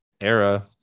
era